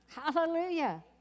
Hallelujah